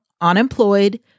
unemployed